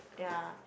ya